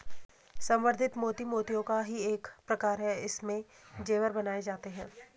संवर्धित मोती मोतियों का ही एक प्रकार है इससे जेवर बनाए जाते हैं